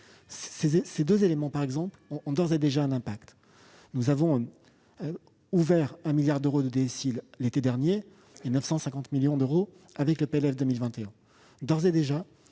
Ces deux éléments ont d'ores et déjà un impact. Nous avons ouvert un milliard d'euros de DSIL l'été dernier et 950 millions d'euros avec la loi de finances pour 2021. D'ores et déjà,